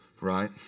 Right